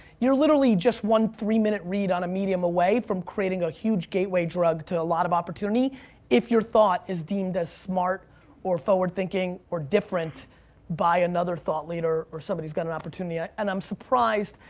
you're literally just one three-minute read on a medium away from creating a huge gateway drug to a lot of opportunity if your thought is deemed as smart or forward-thinking or different by another thought leader or somebody who's got an opportunity. ah and i'm surprised,